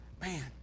Man